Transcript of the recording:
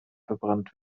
verbrannt